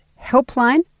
helpline